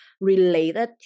related